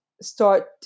start